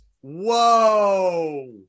Whoa